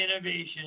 innovation